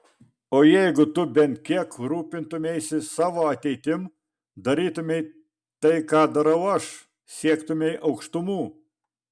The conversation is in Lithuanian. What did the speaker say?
o jeigu tu bent kiek rūpintumeisi savo ateitim darytumei tai ką darau aš siektumei aukštumų